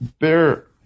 bear